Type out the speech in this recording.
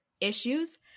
issues